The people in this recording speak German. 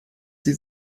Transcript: sie